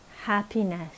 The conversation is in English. Happiness